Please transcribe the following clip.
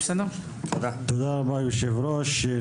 תודה רבה היושב-ראש.